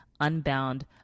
unbound